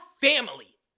family